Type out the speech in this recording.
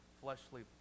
fleshly